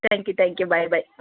thank you thank you bye bye